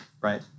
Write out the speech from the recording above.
right